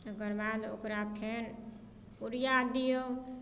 तकरबाद ओकरा फेन यूरिया दियौ